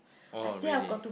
oh really